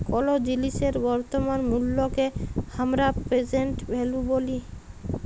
কোলো জিলিসের বর্তমান মুল্লকে হামরা প্রেসেন্ট ভ্যালু ব্যলি